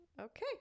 Okay